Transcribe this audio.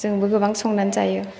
जोंबो गोबां संनानै जायो